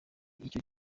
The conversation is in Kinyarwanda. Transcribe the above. icyo